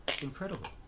incredible